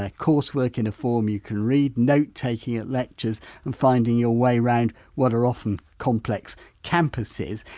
ah coursework in a form you can read, notetaking at lectures and finding your way around what are often complex campuses.